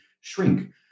shrink